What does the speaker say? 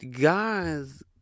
guys